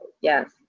yes